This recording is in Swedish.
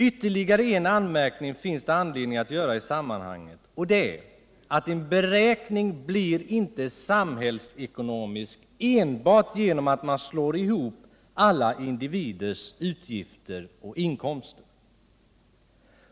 Ytterligare en anmärkning finns det anledning att göra i sammanhanget, och det är att en beräkning inte blir samhällsekonomisk enbart genom att man slår ihop alla individers utgifter och inkomster.